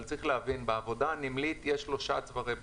אבל צריך להבין שבעבודה בנמל יש שלושה צווארי בקבוק.